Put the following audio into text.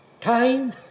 time